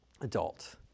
adult